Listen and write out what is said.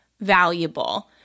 valuable